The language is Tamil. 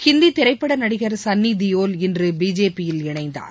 ஹிந்தி திரைப்பட நடிகர் சன்னிதியோல் இன்று பிஜேபியில் இணைந்தார்